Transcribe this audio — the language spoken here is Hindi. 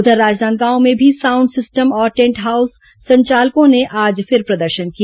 उधर राजनांदगांव में भी साउंड सिस्टम और टेन्ट हाउस संचालकों ने आज फिर प्रदर्शन किया